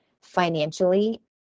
Financially